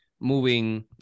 moving